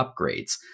upgrades